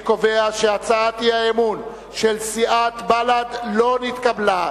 אני קובע שהצעת האי-אמון של סיעת בל"ד לא נתקבלה.